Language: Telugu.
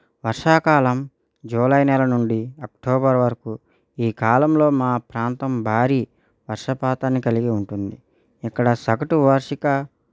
వర్షాకాలం జూలై నెల నుండి అక్టోబర్ వరకు ఈ కాలంలో మా ప్రాంతం భారీ వర్షపాతాన్ని కలిగి ఉంటుంది ఇక్కడ సగటు వార్షిక